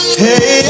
hey